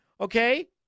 Okay